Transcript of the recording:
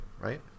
right